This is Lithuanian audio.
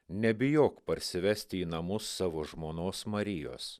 nebijok parsivesti į namus savo žmonos marijos